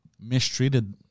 mistreated